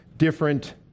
different